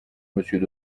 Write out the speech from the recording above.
monsieur